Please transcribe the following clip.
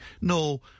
no